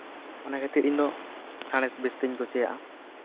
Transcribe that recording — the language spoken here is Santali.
ᱚᱱᱟ ᱠᱷᱟᱹᱛᱤᱨ ᱤᱧᱫᱚ ᱥᱟᱬᱮᱥ ᱡᱟᱹᱥᱛᱤᱧ ᱠᱩᱥᱤᱭᱟᱜᱼᱟ